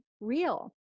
real